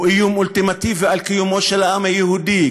הוא איום אולטימטיבי על קיומו של העם היהודי.